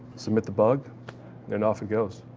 submit the bug and off it goes.